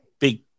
big –